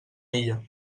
ella